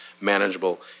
manageable